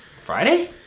Friday